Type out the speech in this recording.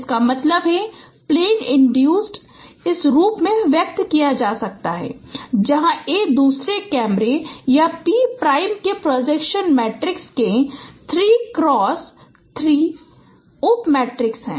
इसका मतलब है प्लेन इन्ड्यूसड इस रूप में व्यक्त किया जा सकता है जहां A दूसरे कैमरे या P प्राइम के प्रोजेक्शन मैट्रिक्स के 3 क्रॉस 3 उप मैट्रिक्स है